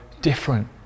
different